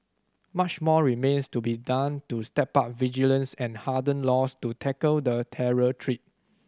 much more remains to be done to step up vigilance and harden laws to tackle the terror threat